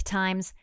times